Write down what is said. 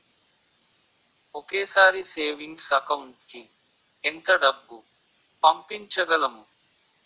ఒకేసారి savings account కి ఎంత డబ్బు పంపించగలము?